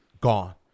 gone